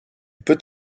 peut